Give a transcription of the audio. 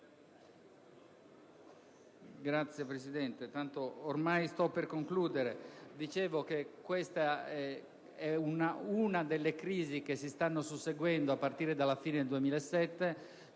signora Presidente. Sto per concludere. Dicevo che questa è una delle crisi che si stanno susseguendo a partire dalla fine del 2007.